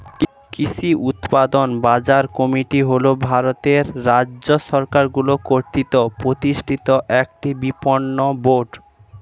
কৃষি উৎপাদন বাজার কমিটি হল ভারতের রাজ্য সরকারগুলি কর্তৃক প্রতিষ্ঠিত একটি বিপণন বোর্ড